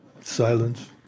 Silence